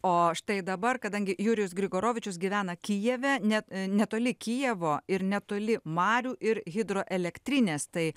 o štai dabar kadangi jurijus grigorovičius gyvena kijeve net netoli kijevo ir netoli marių ir hidroelektrinės tai